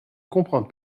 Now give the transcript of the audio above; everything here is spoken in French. comprends